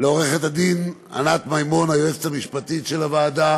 לעורכת-הדין ענת מימון, היועצת המשפטית של הוועדה,